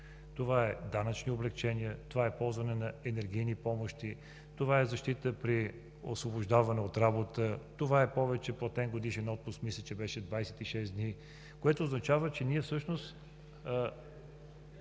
Това са данъчни облекчения, ползване на енергийни помощи, защита при освобождаване от работа, повече платен годишен отпуск, мисля, че беше 26 дни, което означава, че ние всъщност…